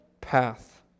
path